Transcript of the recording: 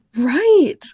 right